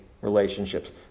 relationships